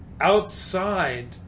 outside